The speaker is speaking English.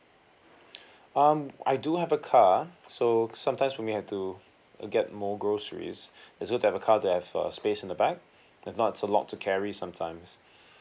um I do have a car so sometimes we may have to get more groceries it's good to have a car that have uh space in the back if not it's a lot to carry sometimes